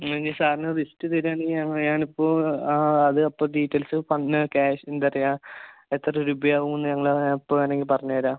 എന്നാ ഞാൻ സാറിന് ലിസ്റ്റ് തരുവാണെങ്കിൽ ഞാൻ ഞാനിപ്പോൾ ആ അത് അപ്പോൾ ഡീറ്റെയിൽസ് പറഞ്ഞ് ക്യാഷ് എന്താണ് പറയുക എത്ര രൂപ ആവുമെന്ന് ഞങ്ങൾ ഇപ്പോൾ വേണമെങ്കിൽ പറഞ്ഞുതരാം